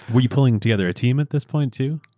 were you pulling together a team at this point, too?